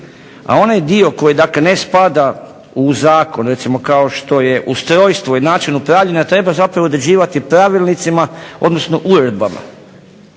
A onaj dio koji dakle ne spada u zakon, recimo kao što je ustrojstvo i način upravljanja treba zapravo određivati pravilnicima, odnosno uredbama.